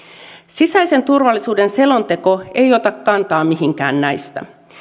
sisäisen turvallisuuden selonteko ei ota kantaa mihinkään näistä